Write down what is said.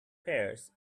pears